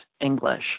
English